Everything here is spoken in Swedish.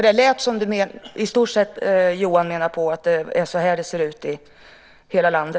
Det lät som att Johan i stort sett menade att det är så här det ser ut i hela landet.